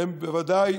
הם בוודאי